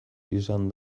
izan